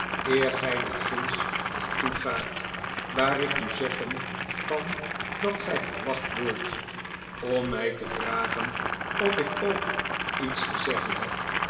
gy daar ginds naar'toe gaat waar ik u zeggen kan dat gy verwacht wordt om my te vragen of ik ook iets te zeggen heb